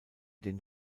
den